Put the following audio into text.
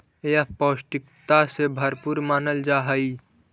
यह पौष्टिकता से भरपूर मानल जा हई